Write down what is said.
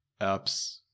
apps